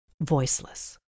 voiceless